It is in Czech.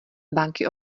banky